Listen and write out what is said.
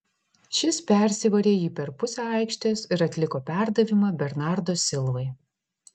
šis persivarė jį per pusę aikštės ir atliko perdavimą bernardo silvai